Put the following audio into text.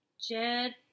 Jed